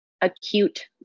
acute